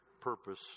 purpose